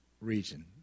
region